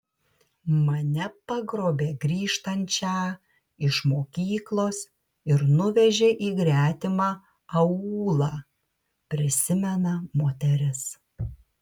mane pagrobė grįžtančią iš mokyklos ir nuvežė į gretimą aūlą prisimena moteris